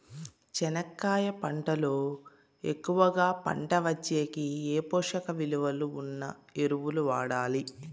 చెనక్కాయ పంట లో ఎక్కువగా పంట వచ్చేకి ఏ పోషక విలువలు ఉన్న ఎరువులు వాడాలి?